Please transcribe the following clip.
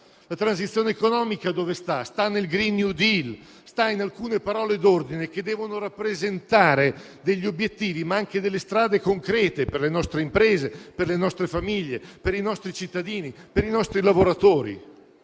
soprattutto economica e sociale, sono nel *green new deal* e in alcune parole d'ordine che devono rappresentare obiettivi ma anche strade concrete per le nostre imprese, per le nostre famiglie, per i nostri cittadini, per i nostri lavoratori.